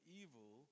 evil